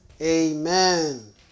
Amen